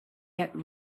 get